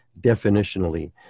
definitionally